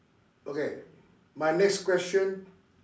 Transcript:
okay my next question